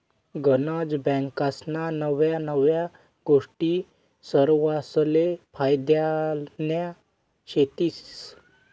गनज बँकास्ना नव्या नव्या गोष्टी सरवासले फायद्यान्या शेतीस